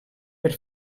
per